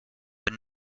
but